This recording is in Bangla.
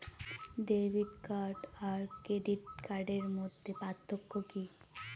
ডেবিট কার্ড আর ক্রেডিট কার্ডের মধ্যে পার্থক্য কি?